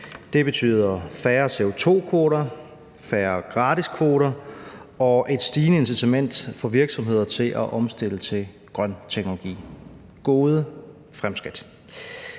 Det betyder færre CO2-kvoter, færre gratiskvoter og et stigende incitament for virksomheder til at omstille til grøn teknologi. Det